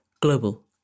global